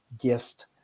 gift